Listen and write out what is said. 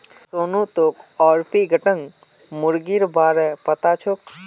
सोनू तोक ऑर्पिंगटन मुर्गीर बा र पता छोक